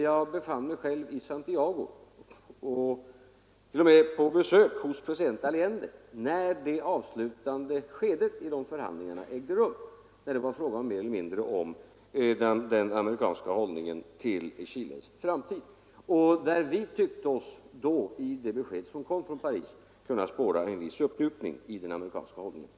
Jag befann mig själv i Santiago — t.o.m. på besök hos president Allende — när det avslutande skedet i förhandlingarna ägde rum och när det mer eller mindre var fråga om den amerikanska hållningen till Chiles framtid. Och i det besked som då kom från Paris tyckte vi oss kunna spåra en viss uppmjukning i den amerikanska hållningen.